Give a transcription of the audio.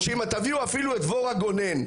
או שתביאו אפילו את דבורה גונן,